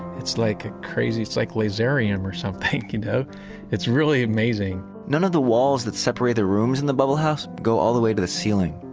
it's like a crazy it's like laserium or something. you know it's really amazing none of the walls that separate the rooms in the bubble house go all the way to the ceiling.